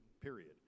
period